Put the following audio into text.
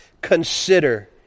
consider